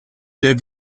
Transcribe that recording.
der